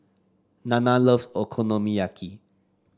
Nana loves Okonomiyaki